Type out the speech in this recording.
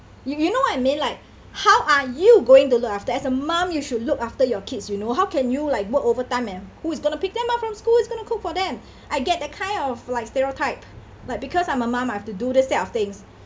you you know what I mean like how are you going to look after as a mum you should look after your kids you know how can you like work overtime and who's going to pick them up from schools is going to cook for them I get the kind of like stereotype like because I'm a mum I've to do this type of things